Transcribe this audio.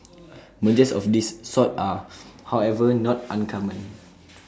mergers of this sort are however not uncommon